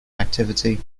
activity